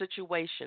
situation